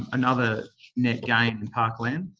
another net gain in parkland.